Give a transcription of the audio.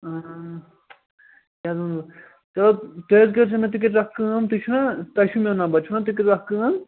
چلو چلو تُہۍ حظ کٔرۍزیٚو مےٚ تُہۍ کٔرۍزیٚو اَکھ کٲم تُہۍ چھُو نا تۄہہِ چھُو میٛون نمبر چھُو نا تُہۍ کٔرۍزیٚو اَکھ کٲم